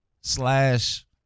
slash